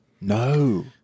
No